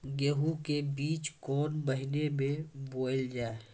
गेहूँ के बीच कोन महीन मे बोएल जाए?